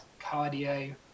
cardio